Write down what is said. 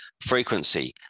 frequency